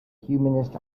humanist